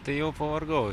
tai jau pavargau